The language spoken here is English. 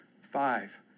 five